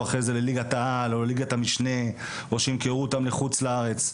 אחרי זה לליגת העל או לליגת המשנה או שימכרו אותם לחוץ לארץ.